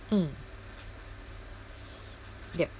mm yup